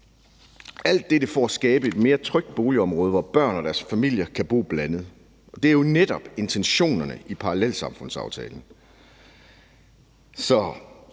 alt dette er for at skabe et mere trygt boligområde, hvor børn og deres familier kan bo blandet, og det er jo netop intentionerne i parallelsamfundsaftalen.